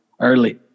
early